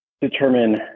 determine